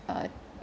err